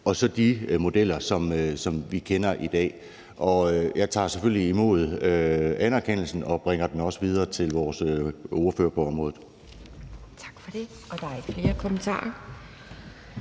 og så de modeller, som vi kender i dag. Og jeg tager selvfølgelig imod anerkendelsen og bringer den også videre til vores ordfører på området.